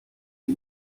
sie